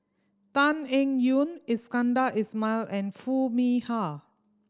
Tan Eng Yoon Iskandar Ismail and Foo Mee Har